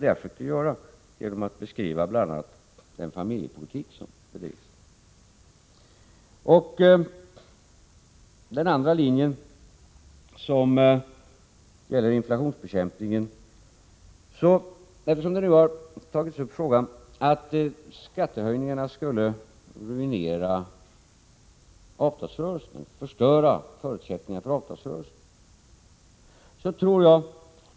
Jag har försökt göra det genom att beskriva bl.a. den familjepolitik som bedrivs. Det har sagts att skattehöjningarna skulle förstöra förutsättningarna för avtalsrörelsen och ruinera den.